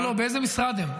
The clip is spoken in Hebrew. לא, לא, באיזה משרד הן?